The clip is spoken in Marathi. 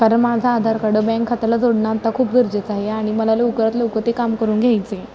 कारण माझा आधार कार्ड बँक खात्याला जोडणं आता खूप गरजेचं आहे आणि मला लवकरात लवकर ते काम करून घ्यायचं आहे